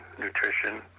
nutrition